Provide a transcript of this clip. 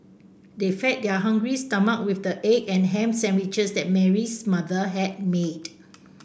they fed their hungry stomachs with the egg and ham sandwiches that Mary's mother had made